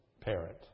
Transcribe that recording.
parent